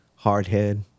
hardhead